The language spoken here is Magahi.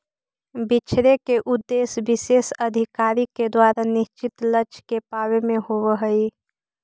बिछड़े के उद्देश्य विशेष अधिकारी के द्वारा निश्चित लक्ष्य के पावे में होवऽ हई